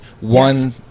One